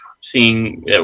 seeing